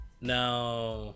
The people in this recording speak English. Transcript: now